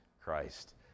Christ